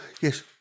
Yes